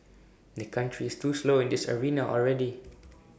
the country is too slow in this arena already